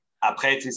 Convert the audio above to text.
après